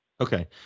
Okay